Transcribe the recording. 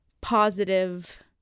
positive